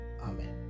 Amen